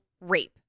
rape